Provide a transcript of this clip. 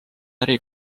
äri